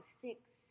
six